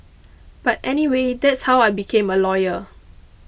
but anyway that's how I became a lawyer